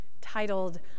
titled